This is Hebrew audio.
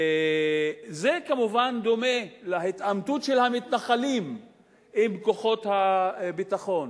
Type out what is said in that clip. זה כמובן דומה להתעמתות של המתנחלים עם כוחות הביטחון.